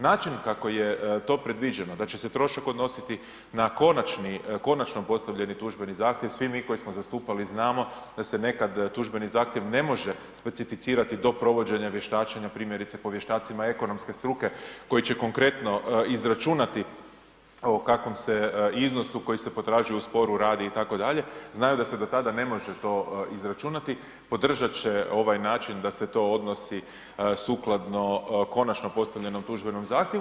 Način kako je to predviđeno da će se trošak odnositi na konačno postavljeni tužbeni zahtjev, svi mi koji smo zastupali znamo da se nekad tužbeni zahtjev ne može specificirati do provođenja vještačenja, primjerice po vještacima ekonomske struke, koji će konkretno izračunati o kakvom se iznosu koji se potražuje u sporu radi itd., znaju da se do tada ne može to izračunati, podržat će ovaj način da se to odnosi sukladno konačno postavljenom tužbenom zahtjevu.